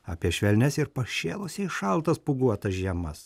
apie švelnias ir pašėlusiai šaltas pūguotas žiemas